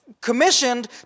commissioned